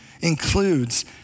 includes